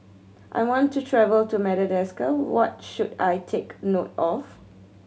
I want to travel to Madagascar what should I take note of